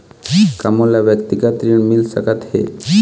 का मोला व्यक्तिगत ऋण मिल सकत हे?